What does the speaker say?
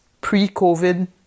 pre-COVID